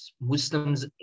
Muslims